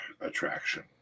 Attraction